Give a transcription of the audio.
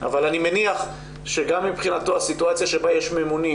אבל אני מניח שגם מבחינתו הסיטואציה שבה יש ממונים,